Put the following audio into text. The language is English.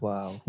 Wow